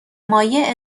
مایه